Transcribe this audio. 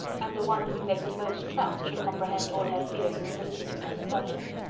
and the one whom they could most trust should comprehend all her fears and solicitude on the subject.